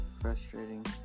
frustrating